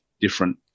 different